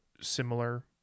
similar